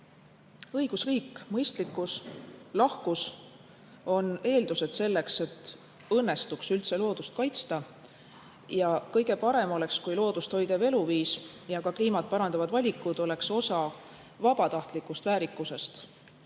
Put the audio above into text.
õigusriik, mõistlikkus ja lahkus on eeldused selleks, et õnnestuks üldse loodust kaitsta. Kõige parem oleks, kui loodust hoidev eluviis ja ka kliima seisundit parandavad valikud oleks osa vabatahtlikust väärikusest